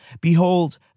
Behold